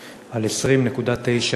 על 20.9%,